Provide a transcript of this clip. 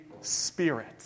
Spirit